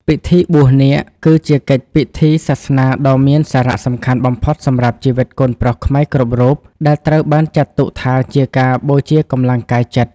ពិធីបួសនាគ គឺជាកិច្ចពិធីសាសនាដ៏មានសារៈសំខាន់បំផុតសម្រាប់ជីវិតកូនប្រុសខ្មែរគ្រប់រូប ដែលត្រូវបានចាត់ទុកថាជាការបូជាកម្លាំងកាយចិត្ត